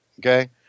Okay